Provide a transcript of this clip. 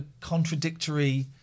contradictory